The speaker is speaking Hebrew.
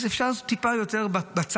אז אפשר לעשות את זה טיפה יותר בצד,